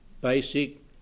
Basic